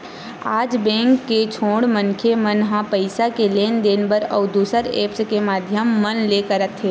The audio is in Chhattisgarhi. आज बेंक के छोड़ मनखे मन ह पइसा के लेन देन बर अउ दुसर ऐप्स के माधियम मन ले करत हे